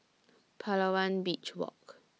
Palawan Beach Walk